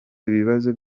ibibazo